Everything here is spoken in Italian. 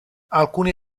alcuni